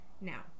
Now